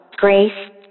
Grace